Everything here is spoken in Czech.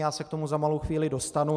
Já se k tomu za malou chvíli dostanu.